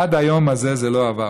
עד היום הזה זה לא עבר.